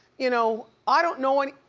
you know i don't know any,